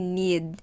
need